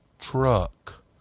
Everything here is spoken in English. truck